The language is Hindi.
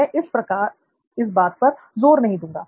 मैं इस बात पर जोर नहीं दूंगा